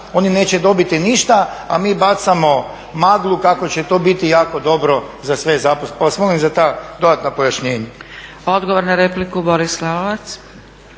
oni neće dobiti ništa. A mi bacamo maglu kako će to biti jako dobro za sve zaposlene. Pa vas molim za ta dodatna pojašnjenja. **Zgrebec, Dragica